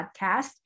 podcast